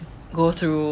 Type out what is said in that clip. go through